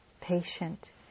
patient